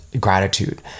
gratitude